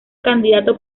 candidato